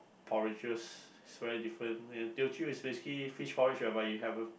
porridges is very different and Teochew is basically fish porridge whereby you have